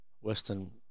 Western